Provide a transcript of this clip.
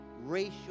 racial